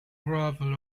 gravel